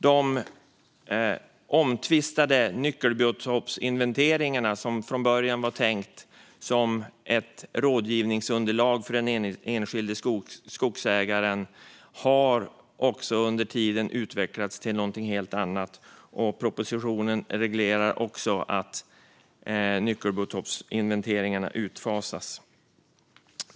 De omtvistade nyckelbiotopsinventeringarna, som från början var tänkta som rådgivningsunderlag för den enskilde skogsägaren, har under tiden utvecklats till någonting helt annat. Propositionen reglerar också att nyckelbiotopsinventeringarna utfasas.